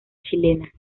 chilena